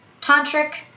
tantric